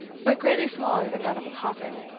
but greatly smaller than that of a coffin.